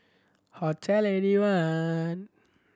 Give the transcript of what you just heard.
Hotel Eighty one